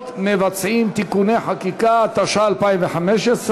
וזכויות מבצעים (תיקוני חקיקה), התשע"ה 2015,